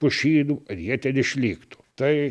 pušynų kad jie ten išliktų tai